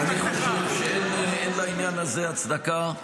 -- אני חושב שאין לעניין הזה הצדקה.